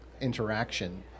interaction